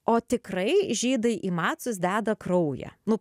o tikrai žydai į macus deda kraują nu